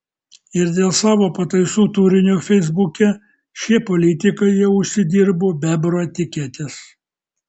ir dėl savo pataisų turinio feisbuke šie politikai jau užsidirbo bebrų etiketes